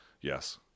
Yes